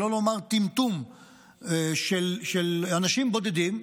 שלא לומר טמטום של אנשים בודדים,